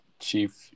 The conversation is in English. Chief